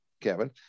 Kevin